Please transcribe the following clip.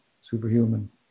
superhuman